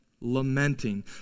Lamenting